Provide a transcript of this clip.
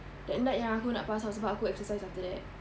that night yang aku nak pass out sebab aku exercise after that